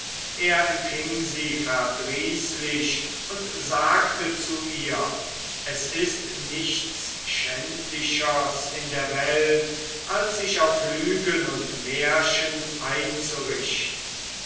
er empfing sie verdrießlich und sagte zu ihr es ist nichts schändlichers in der welt als sich auf lügen und märchen einzurichten